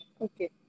Okay